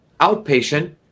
outpatient